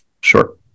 Sure